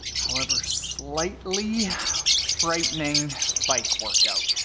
however slightly frightening bike workout.